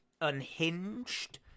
unhinged